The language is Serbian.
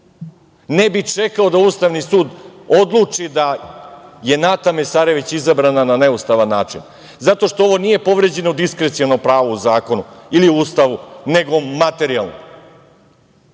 Ne bi čekao da Ustavni sud odluči da je Nata Mesarović izabrana na neustavan način zato što ovo nije povređeno diskreciono pravo u zakonu ili u Ustavu, nego materijalno.